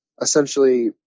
essentially